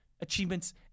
achievements